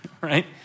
right